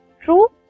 true